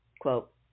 Quote